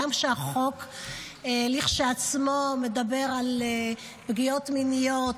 גם כשהחוק כשלעצמו מדבר על פגיעות מיניות,